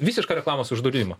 visišką reklamos uždraudimą